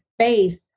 space